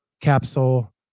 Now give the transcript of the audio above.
capsule